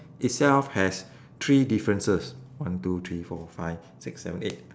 itself has three differences one two three four five six seven eight